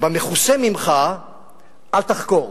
ובמכוסה ממך אל תחקור.